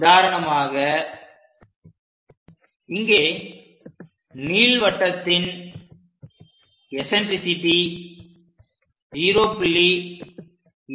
உதாரணமாக இங்கே நீள்வட்டத்தின் எசன்ட்ரிசிட்டி 0